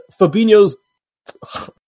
Fabinho's